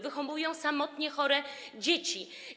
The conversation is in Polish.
Wychowują samotnie chore dzieci.